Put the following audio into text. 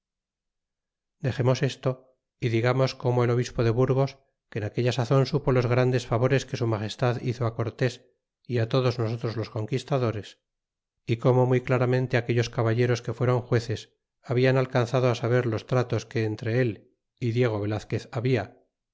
dexemos desto y digamos como el obispo de burgos que en aquella sazon supo los grandes favores que su magestad hizo cortés y todos nosotros los conquistadores y como muy claramente aquellos caballeros que fueron jueces habian alcanzado saber los tratos que entre él y diego velazquez habla